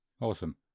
Awesome